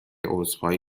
عذرخواهی